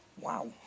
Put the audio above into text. Wow